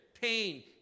pain